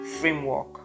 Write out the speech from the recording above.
framework